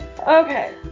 Okay